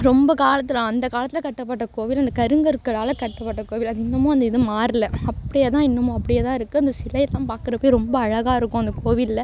ரொம்ப காலத்தில் அந்த காலத்தில் கட்டப்பட்ட கோவில் இந்த கருங்கற்களால் கட்டப்பட்ட கோவில் அது இன்னுமும் அந்த இது மாறல அப்படியே தான் இன்னுமும் அப்படியே தான் இருக்கு அந்த சிலையெல்லாம் பார்க்குறப்ப ரொம்ப அழகாக இருக்கும் அந்த கோவிலில்